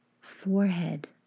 forehead